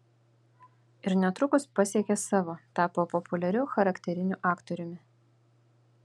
ir netrukus pasiekė savo tapo populiariu charakteriniu aktoriumi